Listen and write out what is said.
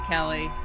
Kelly